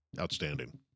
Outstanding